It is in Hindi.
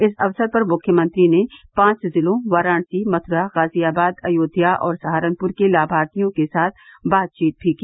इस अवसर पर मुख्यमंत्री ने पांच जिलों वाराणसी मथ्रा गाजियाबाद अयोध्या और सहारनपुर के लाभार्थियों के साथ बातचीत भी की